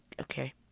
Okay